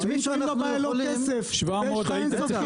אם הבעיה היא לא כסף ויש לך אין סוף שוטרים